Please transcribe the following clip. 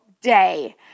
day